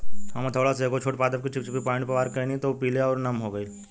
हम हथौड़ा से एगो छोट पादप के चिपचिपी पॉइंट पर वार कैनी त उ पीले आउर नम हो गईल